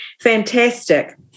fantastic